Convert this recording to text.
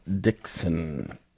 Dixon